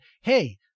hey